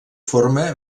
forma